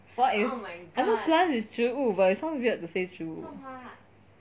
I know plants is 植物 but it sounds weird to say 植物